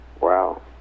Wow